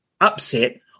Upset